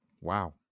Wow